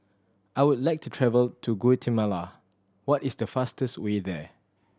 I would like to travel to Guatemala what is the fastest way there